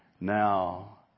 now